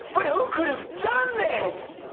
but who could've done this?